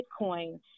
Bitcoin